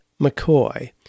McCoy